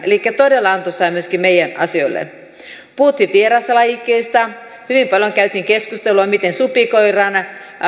elikkä todella antoisaa myöskin meidän asioillemme puhuttiin vieraslajikkeista hyvin paljon käytiin keskustelua miten supikoiran